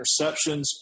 interceptions